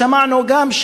שמענו גם,